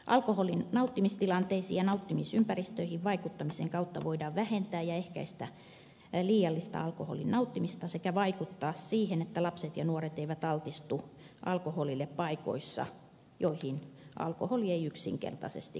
alkoholin nauttimistilanteisiin ja nauttimisympäristöihin vaikuttamisen kautta voidaan vähentää ja ehkäistä liiallista alkoholin nauttimista sekä vaikuttaa siihen että lapset ja nuoret eivät altistu alkoholille paikoissa joihin alkoholi ei yksinkertaisesti kuulu